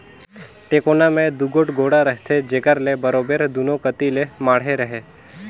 टेकोना मे दूगोट गोड़ा रहथे जेकर ले बरोबेर दूनो कती ले माढ़े रहें